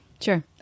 sure